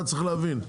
אתה צריך להבין.